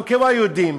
לא כמו היהודים,